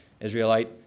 Israelite